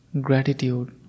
gratitude